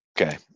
Okay